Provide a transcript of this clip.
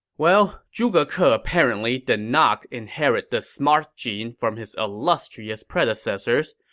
well, zhuge ke ah apparently did not inherit the smart gene from his illustrious predecessors,